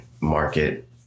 market